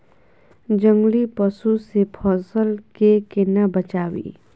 जंगली पसु से फसल के केना बचावी?